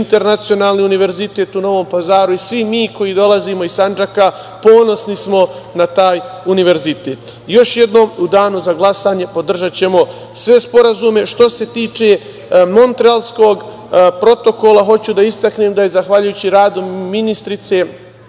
Internacionalni univerzitet u Novom Pazaru i svi mi koji dolazimo iz Sandžaka ponosni smo na taj univerzitet. Još jednom, u danu za glasanje podržaćemo sve sporazume. Što se tiče Montrealskog protokola, hoću da istaknem da je zahvaljujući radu ministrice